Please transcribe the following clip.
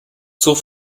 zur